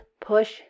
push